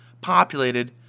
populated